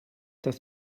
das